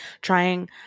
trying